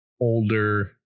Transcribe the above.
older